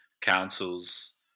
councils